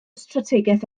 strategaeth